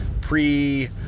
pre